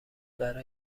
برا